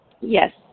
yes